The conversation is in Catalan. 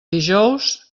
dijous